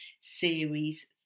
Series